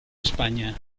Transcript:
españa